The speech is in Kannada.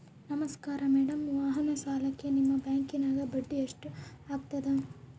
ನಮಸ್ಕಾರ ಮೇಡಂ ವಾಹನ ಸಾಲಕ್ಕೆ ನಿಮ್ಮ ಬ್ಯಾಂಕಿನ್ಯಾಗ ಬಡ್ಡಿ ಎಷ್ಟು ಆಗ್ತದ?